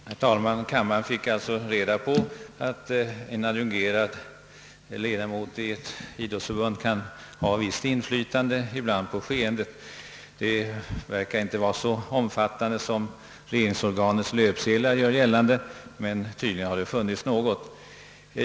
Herr talman! Kammaren har alltså nu fått reda på att en adjungerad ledamot i ett idrottsförbund ibland kan ha ett visst inflytande på skeendet — även om det inte tycks vara så omfattande som regeringsorganets löpsedlar gör gällande.